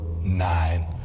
nine